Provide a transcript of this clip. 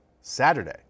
Saturday